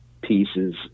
pieces